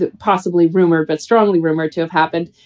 ah possibly rumor, but strongly rumored to have happened.